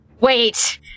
Wait